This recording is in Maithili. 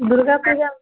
दुर्गापूजा